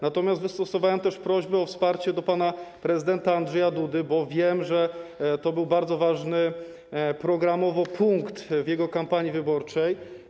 Natomiast wystosowałem też prośbę o wsparcie do pana prezydenta Andrzeja Dudy, bo wiem, że to był bardzo ważny programowo punkt w jego kampanii wyborczej.